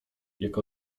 jak